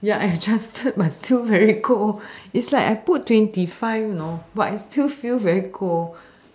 ya I trusted my two very cold it's is like I put twenty five you know but it's still feel very cold